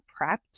prepped